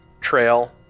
trail